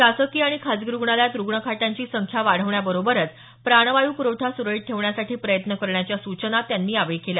शासकीय आणि खासगी रुग्णालयात रुग्णाखाटांची संख्या वाढवण्याबरोबरच प्राणवायू पुरवठा सुरळीत ठेवण्यासाठी प्रयत्न करण्याच्या सूचना त्यांनी यावेळी केली